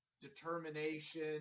determination